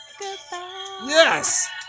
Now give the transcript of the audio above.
Yes